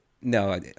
no